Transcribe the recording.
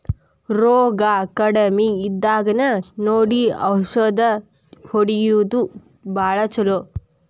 ರೋಗಾ ಕಡಮಿ ಇದ್ದಾಗನ ನೋಡಿ ಔಷದ ಹೊಡಿಯುದು ಭಾಳ ಚುಲೊ